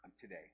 today